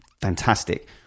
fantastic